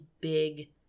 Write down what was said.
big